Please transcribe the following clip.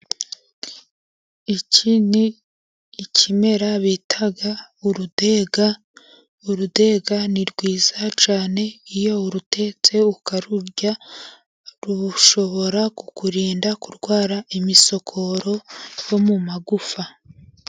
Iki ni ikimera bita urudenga, urudega ni rwiza cyane iyo urutetse ukarurya, rushobora kukurinda kurwara imisokoro yo mu magufa.